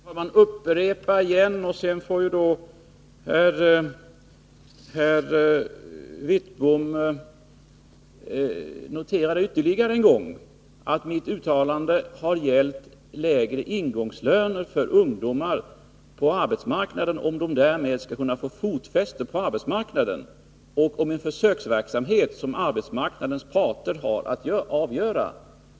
Herr talman! Jag upprepar igen, och sedan får herr Wittbom notera ytterligare en gång, att mitt uttalande har gällt lägre ingångslöner för ungdomar, om de därmed skulle kunna få fotfäste på arbetsmarknaden, och en försöksverksamhet som arbetsmarknadens parter har att avgöra.